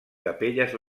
capelles